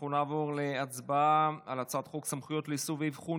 אנחנו נעבור להצבעה על הצעת חוק סמכויות לאיסוף ואבחון